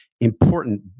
important